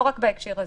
לא רק בהקשר הזה.